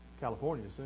California